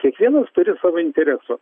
kiekvienas turi savo interesų